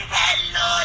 hello